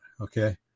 Okay